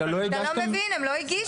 --- אתה לא מבין, הם לא הגישו.